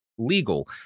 Legal